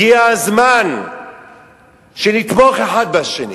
הגיע הזמן שנתמוך אחד בשני